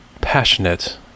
passionate